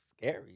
scary